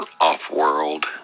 Off-world